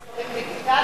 של ספרים דיגיטליים,